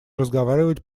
разговаривать